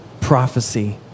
Prophecy